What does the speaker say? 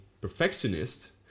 perfectionist